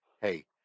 hey